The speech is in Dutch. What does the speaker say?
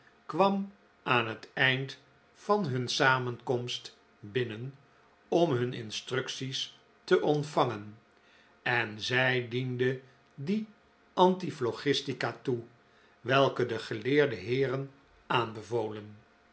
kwam aan het eind van hun samenkomst binnen om hun instructies te ontvangen en zij diende die antiphlogistica toe welke de geleerde heeren aanbevolen